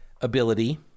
ability